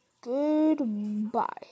goodbye